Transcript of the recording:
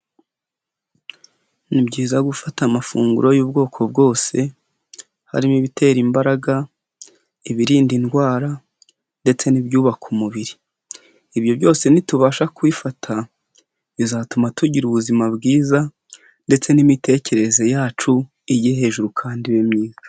Ni byiza gufata amafunguro y'ubwoko bwose, harimo ibitera imbaraga, ibirinda indwara ndetse n'ibyubaka umubiri, ibyo byose nitubasha kubifata, bizatuma tugira ubuzima bwiza ndetse n'imitekerereze yacu ijye hejuru kandi ibe myiza.